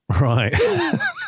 Right